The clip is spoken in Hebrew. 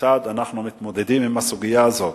כיצד אנחנו מתמודדים עם הסוגיה הזאת.